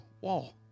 wall